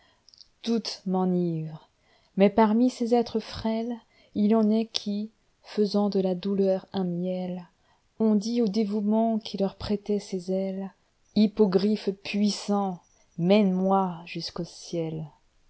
toutes m'enivrent mais parmi ces êtres frêlesil en est qui faisant de la douleur un miel ont dit au dévouement qui leur prêtait ses ailes hippogriffe puissant mène-moi jusqu'au ciel